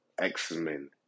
x-men